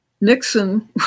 Nixon